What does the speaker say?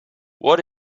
what